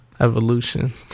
evolution